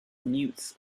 mutes